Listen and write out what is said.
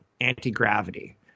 anti-gravity